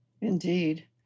Indeed